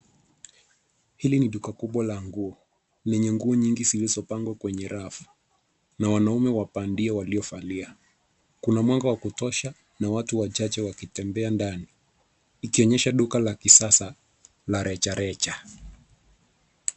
Hili ni duka kubwa la nguo lenye nguo nyingi zilizopangwa kwenye rafu na wanaume wa bandia waliovalia. Kuna mwanga wa kutosha na watu wachache wakitembea ndani, ikionyesha duka la kisasa la rejareja.